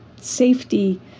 safety